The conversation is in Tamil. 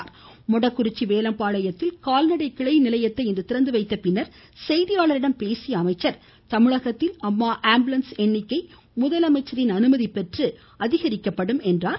ஈரோடு மாவட்டம் மொடக்குறிச்சி வேலம்பாளையத்தில் கால்நடை கிளை நிலையத்தை இன்று திறந்து வைத்த பின்னர் செய்தியாளர்களிடம் பேசிய அவர் தமிழகத்தில் அம்மா ஆம்புலன்ஸ் எண்ணிக்கை முதலமைச்சரின் அனுமதி பெற்று படிப்படியாக அதிகரிக்கப்படும் என்றார்